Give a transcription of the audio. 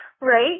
right